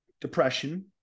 depression